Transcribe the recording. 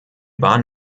waren